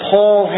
Paul